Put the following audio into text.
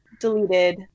deleted